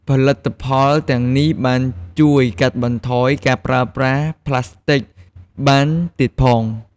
ផលិតផលទាំងនេះបានជួយកាត់បន្ថយការប្រើប្រាស់ប្លាស្ទិកបានទៀតផង។